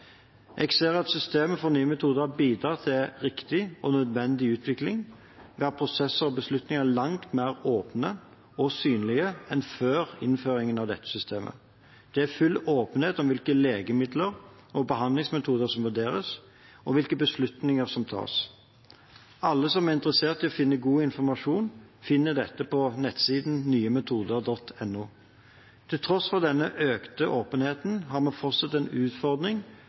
Jeg ser at systemet for nye metoder har bidratt til en riktig og nødvendig utvikling der prosesser og beslutninger er langt mer åpne og synlige enn før innføring av dette systemet. Det er full åpenhet om hvilke legemidler og behandlingsmetoder som vurderes, og hvilke beslutninger som tas. Alle som er interessert i å finne god informasjon, finner dette på nettsiden nyemetoder.no. Til tross for denne økte åpenheten har vi fortsatt en utfordring